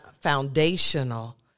foundational